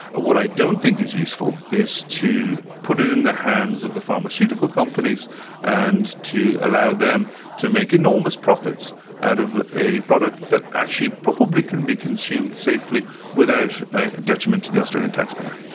what i don't think is useful is to put it in the hands of the pharmaceutical companies and to allow them to make enormous profits out of a product that actually probably can be consumed safely without detriment to the australian taxpayer.